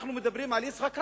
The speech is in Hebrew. אנחנו מדברים על יצחק רבין,